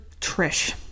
Trish